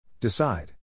Decide